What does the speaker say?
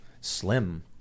Slim